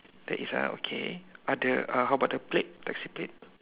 there is ah okay uh the uh how about the plate taxi plate